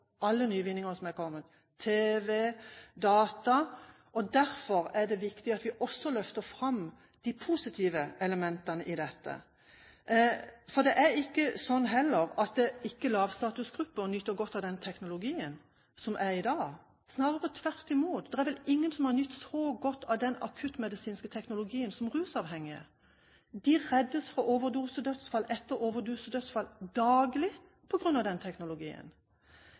alle nyvinninger som er kommet, som tv og data. Derfor er det viktig at vi også løfter fram de positive elementene i dette. Det er heller ikke sånn at ikke lavstatusgrupper nyter godt av teknologien som finnes i dag – snarere tvert imot. Det er vel ingen som har nytt så godt av den akuttmedisinske teknologien som rusmiddelavhengige. De reddes fra overdosedødsfall etter overdosedødsfall – daglig – på grunn av den teknologien. Mitt poeng når jeg løfter opp lavstatusgruppene, er at den teknologien